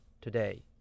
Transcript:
today